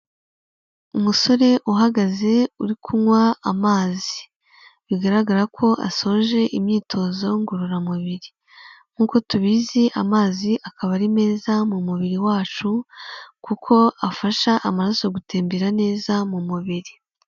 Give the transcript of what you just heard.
Umusore uhagaze uri kunywa amazi bigaragara ko asoje imyitozo ngororamubiri, nkuko tubizi amazi akaba ari meza mu mubiri wacu kuko afasha amaraso gutembera neza mu mubiri.